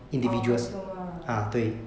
orh consumer